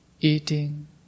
eating